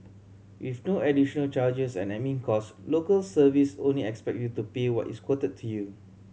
with no additional charges and admin cost Local Service only expect you to pay what is quoted to you